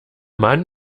mann